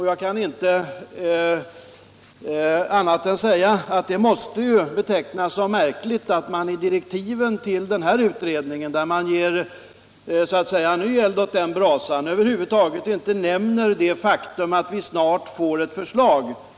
Jag kan inte säga annat än att det måste betecknas som märkligt att man i direktiven till den här utredningen, där man ger nytt bränsle åt brasan, över huvud taget inte nämner det faktum att vi snart får ett förslag.